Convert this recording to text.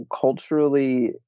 Culturally